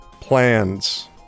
plans